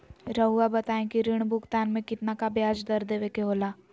रहुआ बताइं कि ऋण भुगतान में कितना का ब्याज दर देवें के होला?